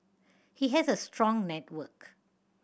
he has a strong network